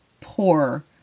poor